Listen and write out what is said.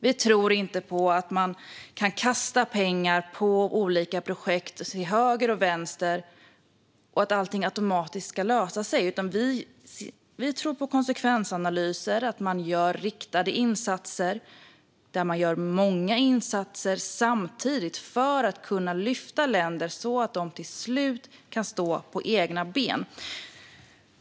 Vi tror inte på att man kan kasta pengar på olika projekt till höger och vänster och att allting då automatiskt ska lösa sig. Vi tror på konsekvensanalyser och att göra riktade insatser, många insatser samtidigt, för att kunna lyfta länder så att de till slut kan stå på egna ben.